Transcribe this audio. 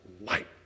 Light